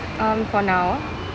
um for now